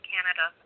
Canada